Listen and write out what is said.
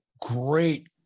great